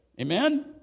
Amen